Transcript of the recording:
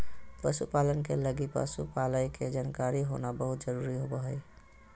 पशु पालन के लगी पशु पालय के जानकारी होना बहुत जरूरी होबा हइ